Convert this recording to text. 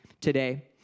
today